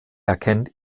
erkennt